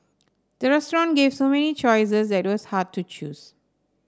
the restaurant gave so many choices that it was hard to choose